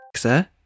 sir